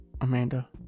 Amanda